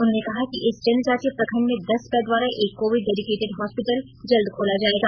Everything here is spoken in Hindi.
उन्होंने कहा कि इस जनजातीय प्रखंड में दस बेड वाला एक कोविड डेडिकेटेड हॉस्पिटल जल्द खोला जाएगा